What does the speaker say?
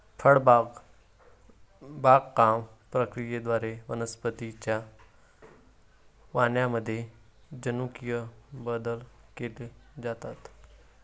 फळबाग बागकाम प्रक्रियेद्वारे वनस्पतीं च्या वाणांमध्ये जनुकीय बदल केले जातात